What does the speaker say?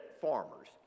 farmers